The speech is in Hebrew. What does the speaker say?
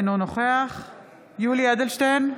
אינו נוכח יולי יואל אדלשטיין,